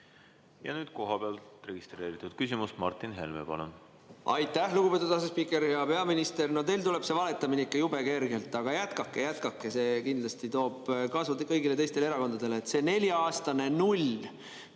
Ja nüüd kohapeal registreeritud küsimus. Martin Helme, palun! Aitäh, lugupeetud asespiiker! Hea peaminister! No teil tuleb see valetamine ikka jube kergelt, aga jätkake-jätkake, see kindlasti toob kasu kõigile teistele erakondadele. See nelja-aastane null,